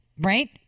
right